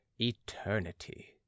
eternity